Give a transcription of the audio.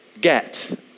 get